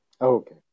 okay